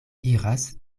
iras